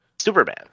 Superman